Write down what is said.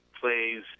plays